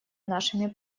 нашими